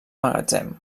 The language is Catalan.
magatzem